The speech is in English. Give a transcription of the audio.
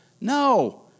No